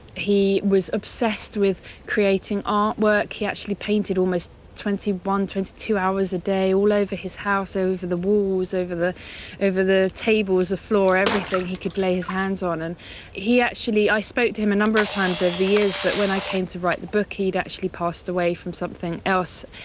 he was obsessed with creating artwork. he actually painted almost twenty one, twenty two hours a day, all over his house, over the walls, over the over the tables, the floor everything he could lay his hands on, and he actually i spoke to him a number of times over the years, but when i came to write the book he'd actually passed away from something else,